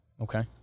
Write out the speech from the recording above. okay